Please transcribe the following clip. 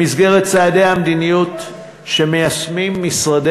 במסגרת צעדי המדיניות שמיישמים משרדי